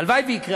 הלוואי שיקרה,